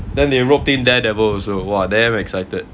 then they roped in daredevil also !wah! damn excited